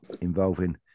involving